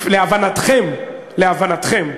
להבנתכם, להבנתכם,